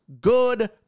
good